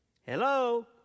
Hello